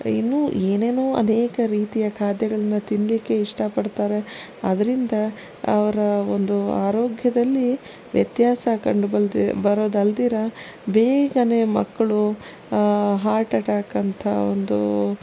ಇನ್ನು ಏನೇನೊ ಅನೇಕ ರೀತಿಯ ಖಾದ್ಯಗಳನ್ನು ತಿನ್ನಲಿಕ್ಕೆ ಇಷ್ಟ ಪಡ್ತಾರೆ ಅದರಿಂದ ಅವರ ಒಂದು ಆರೋಗ್ಯದಲ್ಲಿ ವ್ಯತ್ಯಾಸ ಕಂಡು ಬಲ್ತಿ ಬರೋದಲ್ದಿರ ಬೇಗನೇ ಮಕ್ಕಳು ಹಾರ್ಟ್ ಅಟ್ಟಾಕ್ ಅಂಥ ಒಂದು